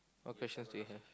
what questions do you have